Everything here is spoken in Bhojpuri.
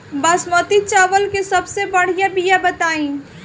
बासमती चावल के सबसे बढ़िया बिया बताई?